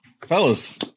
fellas